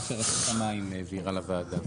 מה שרשות המים העבירה לוועדה.